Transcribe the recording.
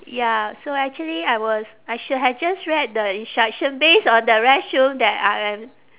ya so actually I was I should have just read the instruction based on the restroom that I am